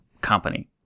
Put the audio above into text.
company